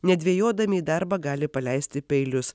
nedvejodami į darbą gali paleisti peilius